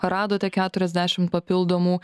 radote keturiasdešim papildomų